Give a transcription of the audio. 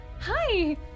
Hi